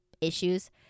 issues